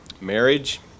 marriage